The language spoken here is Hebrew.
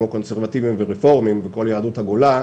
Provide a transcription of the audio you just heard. כמו קונסרבטיבים ורפורמים וכל יהדות הגולה,